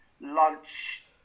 lunch